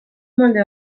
molde